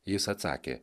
jis atsakė